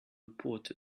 report